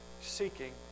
seeking